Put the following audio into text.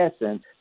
essence